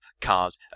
cars